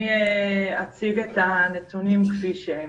אני אציג את הנתונים כפי שהם.